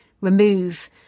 remove